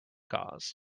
cause